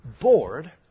bored